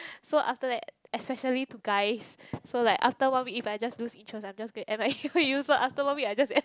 so after that especially to guys so like after one week if I just lose interest I'm going to M_I_A so after one week I just